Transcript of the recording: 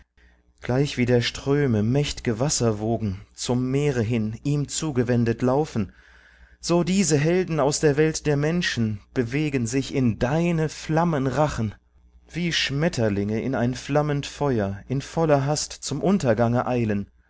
gleichwie der ströme mächt'ge wasserwogen zum meere hin ihm zugewendet laufen so diese helden aus der welt der menschen bewegen sich in deine flammenrachen wie schmetterlinge in ein flammend feuer in voller hast zum untergange eilen